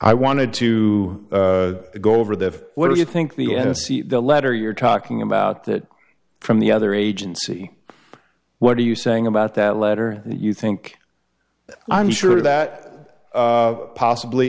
i wanted to go over there what do you think the mc the letter you're talking about that from the other agency what are you saying about that letter that you think i'm sure that possibly